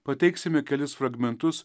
pateiksime kelis fragmentus